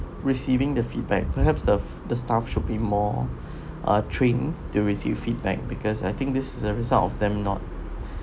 receiving the feedback perhaps the the staff should be more uh train to receive feedback because I think this is a result of them not